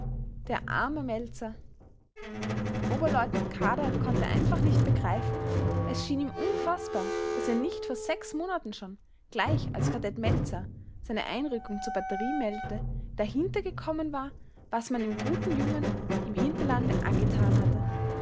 der arme meltzar oberleutnant kadar konnte einfach nicht begreifen es schien ihm unfaßbar daß er nicht vor sechs monaten schon gleich als kadett meltzar seine einrückung zur batterie meldete dahinter gekommen war was man dem guten jungen im hinterlande angetan hatte